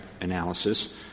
analysis